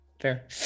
fair